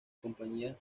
compañías